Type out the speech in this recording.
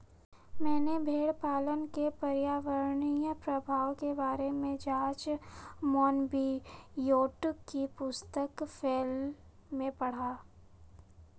मैंने भेड़पालन के पर्यावरणीय प्रभाव के बारे में जॉर्ज मोनबियोट की पुस्तक फेरल में पढ़ा